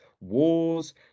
wars